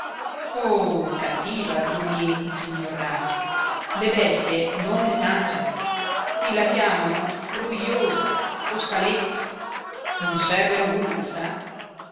oh cattiva grugnì il signor raspi le bestie non ne mangiano qui la chiamano frujosa o scaletta non serve a nulla sa